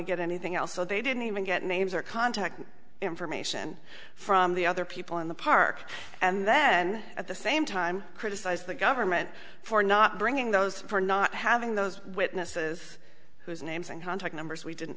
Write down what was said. to get anything else so they didn't even get names or contact information from the other people in the park and then at the same time criticize the government for not bringing those for not having those witnesses whose names and contact numbers we didn't